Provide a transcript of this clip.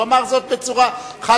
הוא אמר זאת בצורה חד-משמעית.